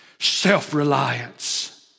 Self-reliance